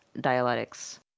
dialectics